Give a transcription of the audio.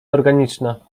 organiczna